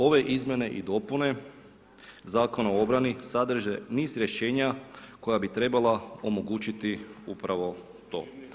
Ove izmjene i dopune Zakona o obrani sadrže niz rješenja koja bi trebala omogućiti upravo to.